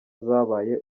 zabaye